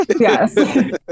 yes